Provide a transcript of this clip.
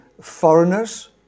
foreigners